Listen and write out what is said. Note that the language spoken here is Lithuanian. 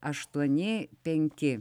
aštuoni penki